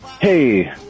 Hey